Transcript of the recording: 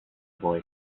boy